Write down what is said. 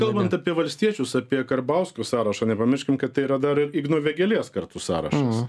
kalbant apie valstiečius apie karbauskio sąrašą nepamirškim kad tai yra dar ir igno vėgėlės kartu sąrašas